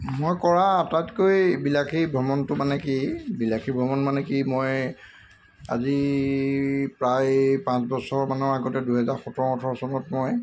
মই কৰা আটাইতকৈ বিলাসী ভ্ৰমণটো মানে কি বিলাসী ভ্ৰমণ মানে কি মই আজি প্ৰায় পাঁচ বছৰমানৰ আগতে দুহেজাৰ সোতৰ ওঠৰ চনত মই